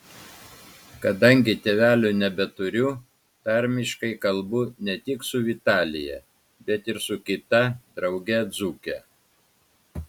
kadangi tėvelių nebeturiu tarmiškai kalbu ne tik su vitalija bet ir su kita drauge dzūke